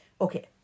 Okay